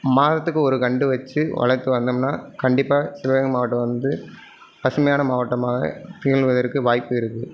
மாதத்துக்கு ஒரு கன்று வச்சு வளர்த்து வந்தோம்னா கண்டிப்பாக சிவகங்கை மாவட்டம் வந்து பசுமையான மாவட்டமாக திகழ்வதற்கு வாய்ப்பு இருக்குது